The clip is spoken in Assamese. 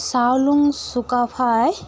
চাওলুং চুকাফাই